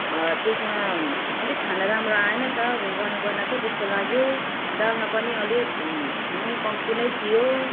त्यसमा अलिक खाना राम्रो आएन त गनाए गनाएको जस्तो लाग्यो दालमा पनि अलिक नुन कम्ती नै थियो